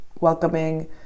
welcoming